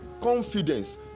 Confidence